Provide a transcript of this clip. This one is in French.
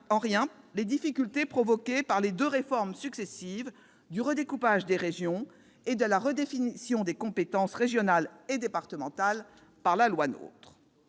les difficultés provoquées par les deux réformes successives du redécoupage des régions et de la redéfinition des compétences régionales et départementales par la loi